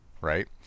right